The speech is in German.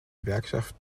gewerkschaften